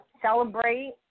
celebrate